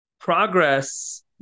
progress